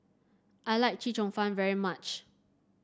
I like Chee Cheong Fun very much